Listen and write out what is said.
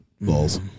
Balls